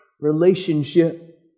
relationship